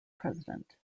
president